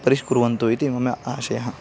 परिष्कुर्वन्तु इति मम आशयः